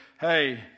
hey